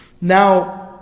Now